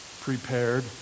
prepared